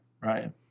Right